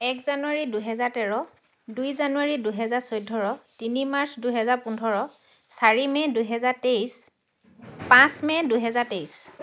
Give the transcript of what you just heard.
এক জানুৱাৰী দুহেজাৰ তেৰ দুই জানুৱাৰী দুহেজাৰ চৈধ্য তিনি মাৰ্চ দুহেজাৰ পোন্ধৰ চাৰি মে' দুহেজাৰ তেইছ পাঁচ মে' দুহেজাৰ তেইছ